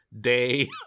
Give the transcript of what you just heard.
day